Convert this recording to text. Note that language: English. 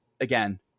again